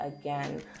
again